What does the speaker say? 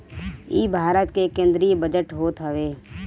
इ भारत के केंद्रीय बजट होत हवे